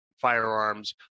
firearms